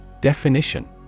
Definition